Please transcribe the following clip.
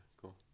cool